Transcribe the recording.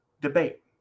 debate